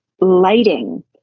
lighting